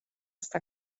està